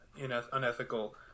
unethical